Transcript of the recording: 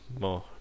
more